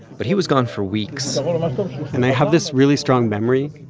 but he was gone for weeks and i have this really strong memory.